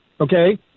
okay